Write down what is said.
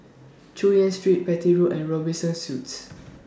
Chu Yen Street Petir Road and Robinson Suites